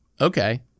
Okay